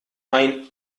ein